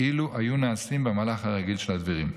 אילו היו נעשים במהלך הרגיל של הדברים.